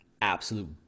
absolute